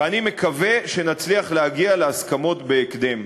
ואני מקווה שנצליח להגיע להסכמות בהקדם.